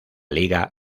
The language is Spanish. liga